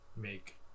make